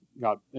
got